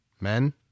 Men